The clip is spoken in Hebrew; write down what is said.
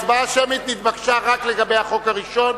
הצבעה שמית נתבקשה רק לגבי החוק הראשון,